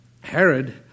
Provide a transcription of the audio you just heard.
Herod